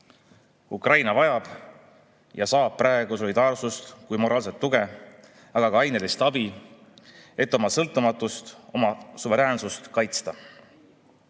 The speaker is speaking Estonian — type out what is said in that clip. valgus."Ukraina vajab ja saab praegu nii solidaarsust ehk moraalset tuge kui ka ainelist abi, et oma sõltumatust, oma suveräänsust kaitsta.